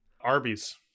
Arby's